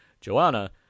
Joanna